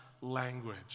language